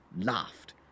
laughed